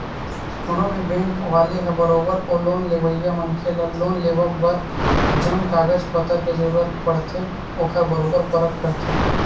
कोनो भी बेंक वाले ह बरोबर ओ लोन लेवइया मनखे ल लोन लेवब बर जउन कागज पतर के जरुरत पड़थे ओखर बरोबर परख करथे